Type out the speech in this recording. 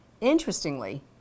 Interestingly